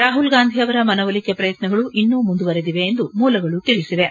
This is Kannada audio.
ರಾಹುಲ್ ಗಾಂಧಿ ಅವರ ಮನವೊಲಿಕೆ ಪ್ರಯತ್ನಗಳು ಇನ್ನೂ ಮುಂದುವರೆದಿವೆ ಎಂದು ಮೂಲಗಳು ತಿಳಿಸಿವೆ